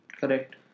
Correct